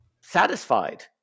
satisfied